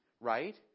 right